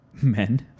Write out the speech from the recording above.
men